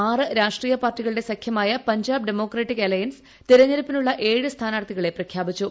ആറ് രാഷ്ട്രീയ പാർട്ടികളുടെ സഖ്യമായ പഞ്ചാബ് ഡെമോക്രാറ്റിക് അലയൻസ് തെർണ്ഞടുപ്പിനുള്ള ഏഴ് സ്ഥാനാർത്ഥികളെ പ്രഖ്യാപിച്ചു